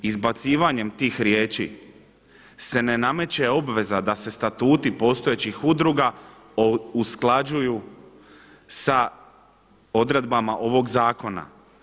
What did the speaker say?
Izbacivanjem tih riječi se ne nameće obveza da se statuti postojećih udruga usklađuju sa odredbama ovog zakona.